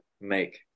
make